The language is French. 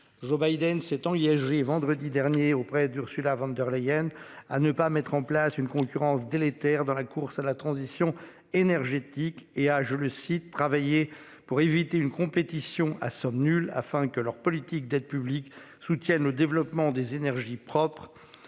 Joe Biden s'est engagé vendredi. Les derniers auprès d'Ursula von der Leyen à ne pas mettre en place une concurrence délétère dans la course à la transition énergétique et je le cite, travailler pour éviter une compétition à somme nulle afin que leur politique d'aide publique, soutiennent le développement des énergies propres.